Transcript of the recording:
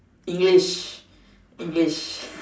English English